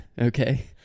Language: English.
Okay